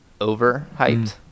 overhyped